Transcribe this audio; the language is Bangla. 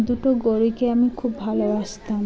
দুটো গরুকে আমি খুব ভালোবাসতাম